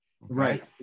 Right